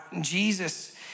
Jesus